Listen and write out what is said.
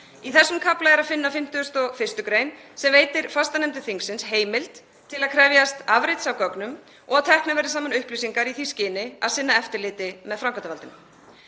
Í þessum kafla er að finna 51. gr. sem veitir fastanefndum þingsins heimild til að krefjast afrits af gögnum og að teknar verði saman upplýsingar í því skyni að sinna eftirliti með framkvæmdarvaldinu.